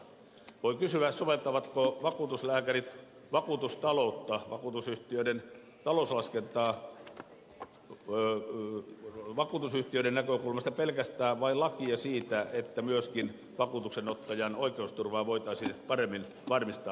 voi kysyä harjoittavatko vakuutuslääkärit vakuutustaloutta vakuutusyhtiöiden talouslaskentaa vakuutusyhtiöiden näkökulmasta pelkästään vai soveltavatko he lakia siitä että myöskin vakuutuksenottajan oikeusturva voitaisiin paremmin varmistaa